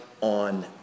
on